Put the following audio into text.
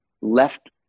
left